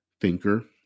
thinker